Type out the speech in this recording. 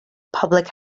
public